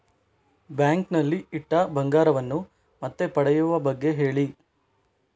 bank ನಲ್ಲಿ ಇಟ್ಟ ಬಂಗಾರವನ್ನು ಮತ್ತೆ ಪಡೆಯುವ ಬಗ್ಗೆ ಹೇಳಿ